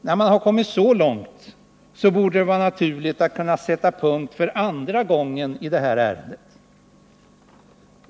När man kommit så långt borde det vara naturligt att för andra gången sätta punkt för det här ärendet.